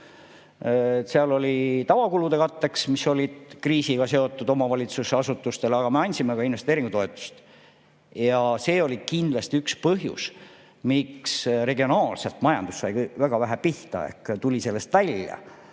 Seal olid tavakulude katteks, mis olid kriisiga seotud omavalitsusasutustele, aga me andsime ka investeeringutoetust. See oli kindlasti üks põhjus, miks regionaalselt majandus sai väga vähe pihta ehk tuli sellest välja,